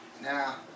now